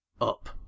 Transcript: Up